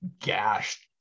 gashed